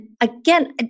again